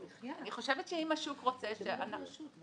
אני חושבת שאם השוק רוצה - אנחנו